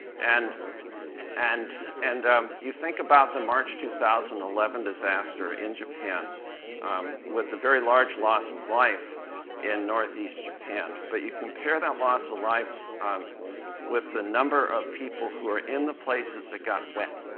and and and you think about the march two thousand and eleven disaster in japan with the very large loss of life in northeast japan. but you compare that loss of life with the number of people who are in the places that got wet.